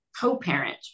co-parent